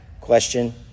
question